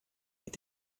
mit